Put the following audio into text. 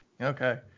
Okay